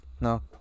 no